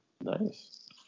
Nice